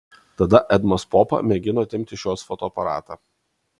tada edmas popa mėgino atimti iš jos fotoaparatą